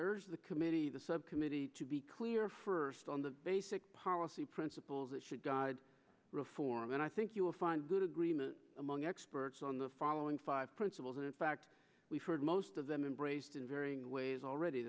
the committee the subcommittee to be clear first on the basic policy principles that should guide reform and i think you will find good agreement among experts on the following five principles and in fact we've heard most of them embraced in varying ways already